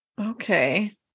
Okay